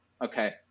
okay